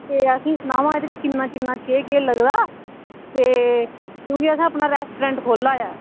ते असें गी सनाओ हां एह्दे च किन्ना किन्ना केह् केह् लगदा ऐ ते क्योकि असें अपना रैस्ट्रोरैंट खोलना ऐ